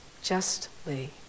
Justly